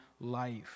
life